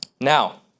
Now